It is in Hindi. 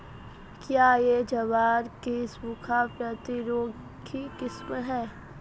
क्या यह ज्वार की सूखा प्रतिरोधी किस्म है?